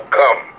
come